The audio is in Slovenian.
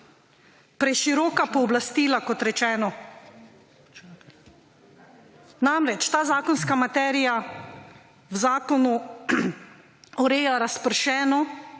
Preširoka pooblastila, kot rečeno. Ta zakonska materija se v zakonu ureja razpršeno